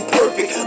perfect